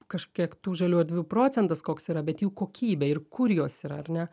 kažkiek tų žalių erdvių procentas koks yra bet jų kokybė ir kur jos yra ar ne